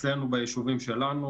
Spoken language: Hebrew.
אצלנו בישובים שלנו,